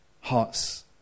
hearts